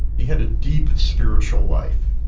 he had a deep spiritual life,